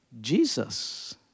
Jesus